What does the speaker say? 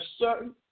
certain